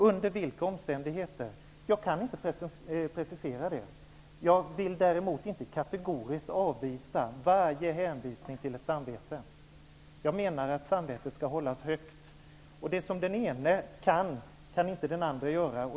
Under vilka omständigheter? Jag kan inte precisera det. Jag vill däremot inte kategoriskt avvisa varje hänvisning till ett samvete. Jag menar att samvetet skall hållas högt. Det som den ene kan, kan inte den andra göra.